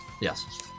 Yes